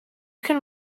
can